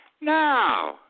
Now